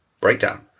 breakdown